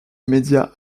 médias